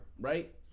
Right